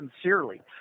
sincerely